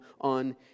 on